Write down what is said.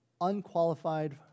unqualified